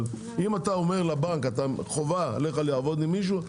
אבל אם אתה אומר לבנק: חובה עליך לעבוד עם מישהו,